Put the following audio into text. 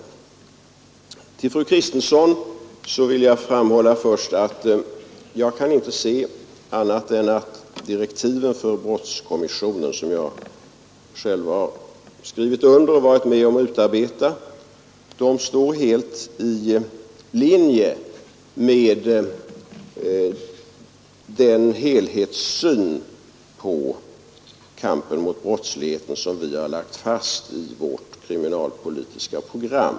Jag vill till att börja med säga till fru Kristensson att jag inte kan se annat än att direktiven för brottskommissionen, som jag själv har skrivit under och varit med om att utarbeta, står helt i linje med den helhetssyn på kampen mot brottsligheten som vi har lagt fast i vårt kriminalpolitiska program.